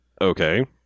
Okay